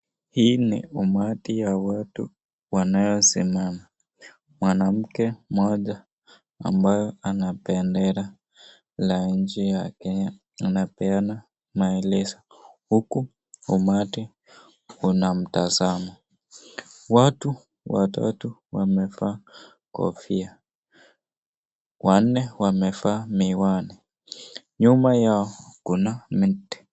Hii ni umati ya watu wanaosimama mwanamke mmoja ambaye ana bendera la nchi ya kenya amepeana maelezo huku umati unamtazama. Watu watatu wamevaa kofia wanne wamevaa miwani, nyuma yao kuna miti.